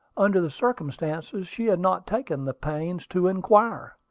under the circumstances, she had not taken the pains to inquire.